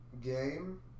game